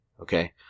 Okay